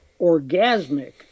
orgasmic